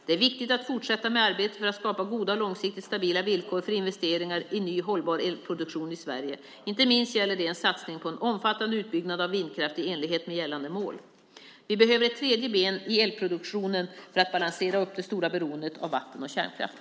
Det är viktigt att fortsätta med arbetet för att skapa goda och långsiktigt stabila villkor för investeringar i ny hållbar elproduktion i Sverige. Inte minst gäller det en satsning på en omfattande utbyggnad av vindkraft i enlighet med gällande mål. Vi behöver ett tredje ben i elproduktionen för att balansera upp det stora beroendet av vatten och kärnkraft.